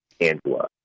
Angela